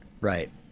right